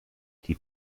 die